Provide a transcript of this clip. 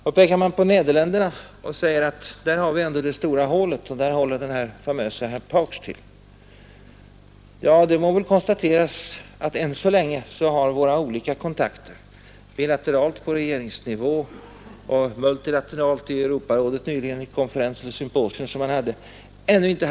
Det har pekats på Nederländerna och sagts att där har vi ändå den stora fristaden för narkotikahajar och där håller den famöse herr Pauksch till. Ja, det må konstateras att våra olika kontakter — på regeringsnivå och parlamentarisk nivå — än så länge inte har haft effekt.